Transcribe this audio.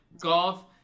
golf